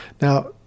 Now